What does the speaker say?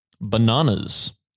bananas